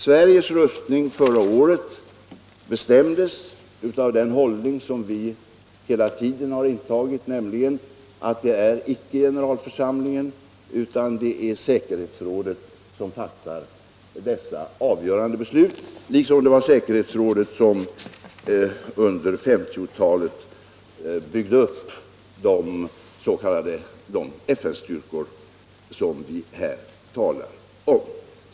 Sveriges röstning förra året bestämdes av den hållning som vi hela tiden har intagit, nämligen att det inte är generalförsamlingen utan säkerhetsrådet som fattar dessa avgörande beslut, liksom det var säkerhetsrådet som på 1950-talet byggde upp de FN-styrkor som vi här talar om.